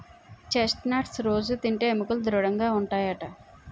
chest nuts రొజూ తింటే ఎముకలు దృడముగా ఉంటాయట